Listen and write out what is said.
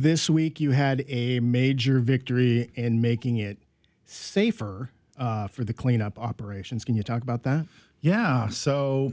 this week you had a major victory in making it safer for the cleanup operations can you talk about that yeah so